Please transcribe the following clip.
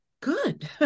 good